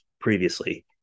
previously